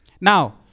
Now